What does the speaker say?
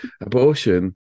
abortion